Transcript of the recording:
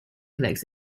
collects